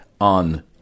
on